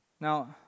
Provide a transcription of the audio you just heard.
Now